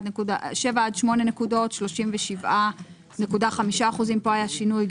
7 עד 8 נקודות 37.5%. פה היה שינוי,